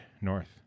north